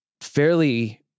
fairly